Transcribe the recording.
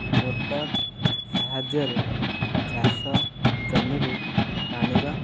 motor ସାହାଯ୍ୟରେ ଚାଷ ଜମିକୁ ପାଣିର